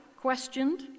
questioned